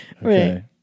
Right